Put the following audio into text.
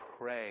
pray